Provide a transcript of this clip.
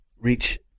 reach